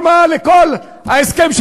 כמו למשל הסופר הנודע מוריס